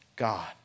God